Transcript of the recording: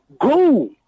go